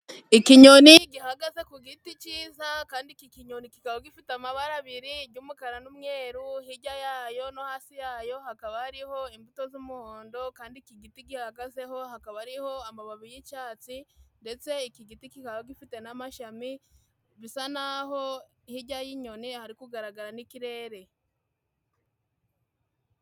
Ikinyoni gihagaze ku giti cyiza, kandi iki kinyoni kikaba gifite amabara abiri, iry'umukara n'umweru, hirya yayo no ha hafi yayo hakaba hariho imbuto z'umuhondo, kandi iki giti gihagazeho hakaba hariho amababi y'icyatsi, ndetse iki giti kikaba gifite n'amashami, bisa n'aho hirya y'inyoni hari kugaragara n'ikirere.